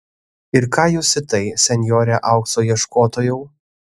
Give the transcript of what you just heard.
ir ką jūs į tai senjore aukso ieškotojau